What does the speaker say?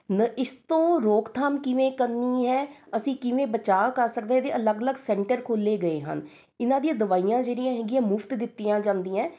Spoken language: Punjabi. ਨ ਇਸ ਤੋਂ ਰੋਕਥਾਮ ਕਿਵੇਂ ਕਰਨੀ ਹੈ ਅਸੀਂ ਕਿਵੇਂ ਬਚਾ ਕਰ ਸਕਦੇ ਹਾਂ ਇਹਦੇ ਅਲੱਗ ਅਲੱਗ ਸੈਂਟਰ ਖੋਲ੍ਹੇ ਗਏ ਹਨ ਇਹਨਾਂ ਦੀਆਂ ਦਵਾਈਆਂ ਜਿਹੜੀਆਂ ਹੈਗੀਆਂ ਮੁਫ਼ਤ ਦਿੱਤੀਆਂ ਜਾਂਦੀਆਂ ਹੈ